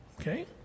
Okay